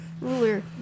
Ruler